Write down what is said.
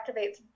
activates